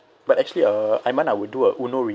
but actually uh iman I would a uno reverse